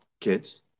kids